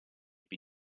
più